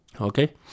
okay